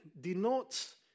denotes